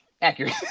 Accurate